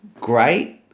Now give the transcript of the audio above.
great